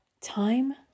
time